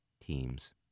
teams